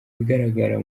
bigaragara